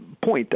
point